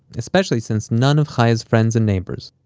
especially since none of chaya's friends and neighbors,